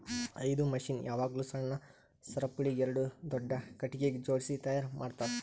ಇದು ಮಷೀನ್ ಯಾವಾಗ್ಲೂ ಸಣ್ಣ ಸರಪುಳಿಗ್ ಎರಡು ದೊಡ್ಡ ಖಟಗಿಗ್ ಜೋಡ್ಸಿ ತೈಯಾರ್ ಮಾಡ್ತರ್